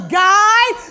guide